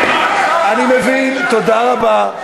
אני מבין, תודה רבה.